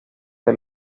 del